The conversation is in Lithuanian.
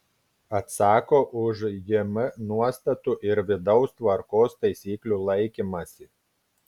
atsako už jm nuostatų ir vidaus tvarkos taisyklių laikymąsi